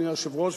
אדוני היושב-ראש,